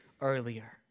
earlier